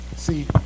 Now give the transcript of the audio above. see